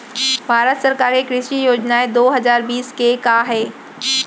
भारत सरकार के कृषि योजनाएं दो हजार बीस के का हे?